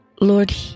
Lord